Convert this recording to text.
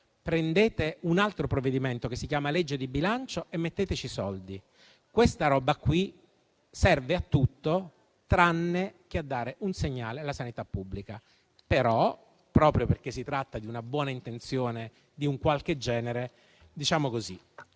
prendete un altro provvedimento che si chiama legge di bilancio e metteteci i soldi. Questa roba invece serve a tutto tranne che a dare un segnale alla sanità pubblica. Tuttavia, proprio perché si tratta di una buona intenzione di un qualche genere, ci